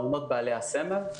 מעונות בעלי הסמל,